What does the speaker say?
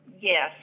yes